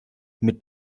mit